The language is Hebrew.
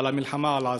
על המלחמה על עזה,